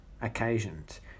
occasions